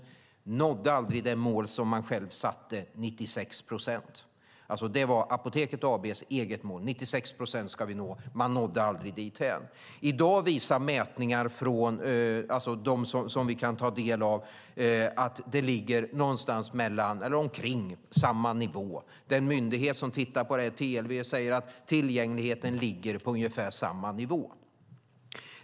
De nådde aldrig det mål de själva satte upp, nämligen 96 procent. Det var alltså Apoteket AB:s eget mål - 96 procent skulle de nå. De nådde aldrig dithän. I dag visar mätningar vi kan ta del av att det ligger omkring samma nivå. Den myndighet som tittar på detta, TLV, säger att tillgängligheten ligger på ungefär samma nivå.